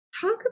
Talk